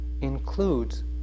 includes